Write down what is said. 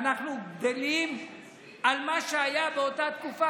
ואנחנו גדלים על מה שהיה באותה תקופה.